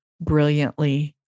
Brilliantly